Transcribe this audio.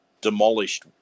demolished